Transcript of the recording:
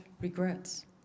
regrets